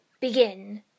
begin